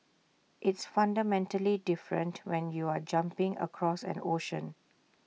it's fundamentally different when you're jumping across an ocean